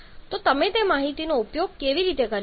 તો તમે તે માહિતીનો ઉપયોગ કેવી રીતે કરી શકો